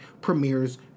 premieres